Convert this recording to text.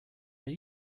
are